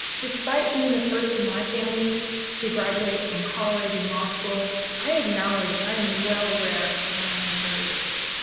despite being the first in my family to graduate from college and law school, i acknowledge and i am well aware of my own privileges.